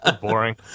Boring